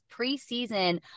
preseason